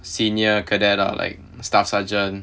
senior cadet or like staff sergeant